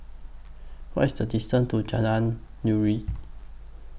What IS The distance to Jalan Nuri